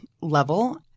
level